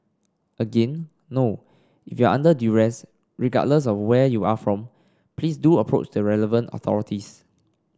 again no if you are under duress regardless of where you are from please do approach the relevant authorities